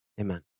Amen